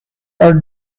are